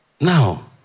Now